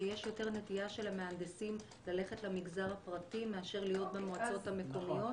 שיש נטייה של המהנדסים ללכת למגזר הפרטי מאשר להיות במועצות המקומיות,